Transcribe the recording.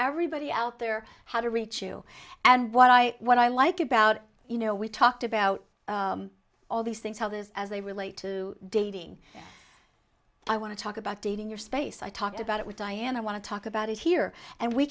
everybody out there how to reach you and what i what i like about you know we talked about all these things how this as they relate to dating i want to talk about dating your space i talked about it with diane i want to talk about it here and we